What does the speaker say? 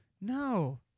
No